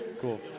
cool